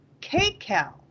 kcal